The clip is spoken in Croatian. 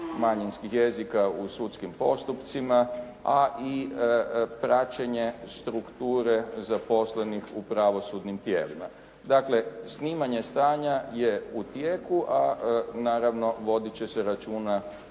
manjinskih jezika u sudskim postupcima, a i praćenje strukture zaposlenih u pravosudnim tijelima. Dakle, snimanje stanja je u tijeku, a naravno vodit će se računa